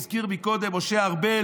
הזכיר קודם משה ארבל